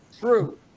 True